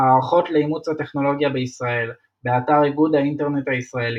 - הערכות לאימוץ הטכנולוגיה בישראל - באתר איגוד האינטרנט הישראלי,